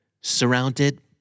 surrounded